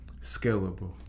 scalable